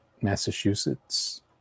Massachusetts